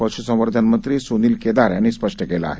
पशुसंवर्धन मंत्री सुनील केदार यांनी स्पष्ट केलं आहे